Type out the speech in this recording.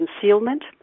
concealment